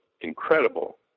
incredible